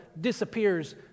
disappears